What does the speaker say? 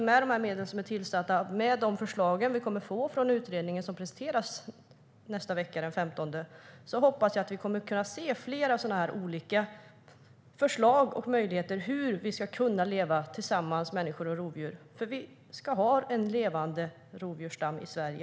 Med dessa medel och de förslag som utredningen ska presentera den 15 december hoppas jag att vi kan se fler möjligheter till hur människor och rovdjur kan leva tillsammans. Vi ska ha en levande rovdjursstam i Sverige.